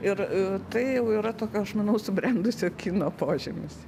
ir tai jau yra tokia aš manau subrendusio kino požymis